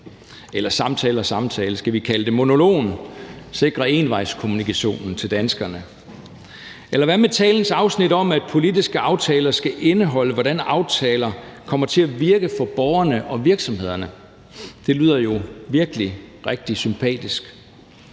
eller samtale og samtale, vi kan kalde det monologen, altså at sikre envejskommunikationen til danskerne. Eller hvad med talens afsnit om, at politiske aftaler skal indeholde, hvordan aftaler kommer til at virke for borgerne og virksomhederne. Det lyder jo virkelig rigtig sympatisk.